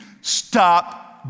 Stop